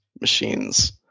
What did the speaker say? machines